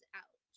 out